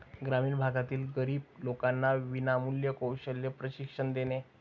ग्रामीण भागातील गरीब लोकांना विनामूल्य कौशल्य प्रशिक्षण देणे